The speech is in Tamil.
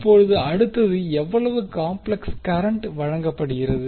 இப்போது அடுத்தது எவ்வளவு காம்ப்ளெக்ஸ் கரண்ட் வழங்கப்படுகிறது